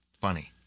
funny